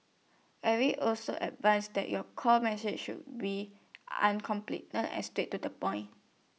Eric also advised that your core message should be uncomplicated and straight to the point